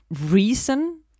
reason